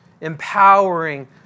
Empowering